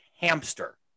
Hamster